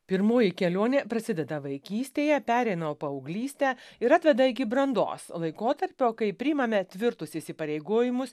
pirmoji kelionė prasideda vaikystėje pereina į paauglystę ir atveda iki brandos laikotarpio kai priimame tvirtus įsipareigojimus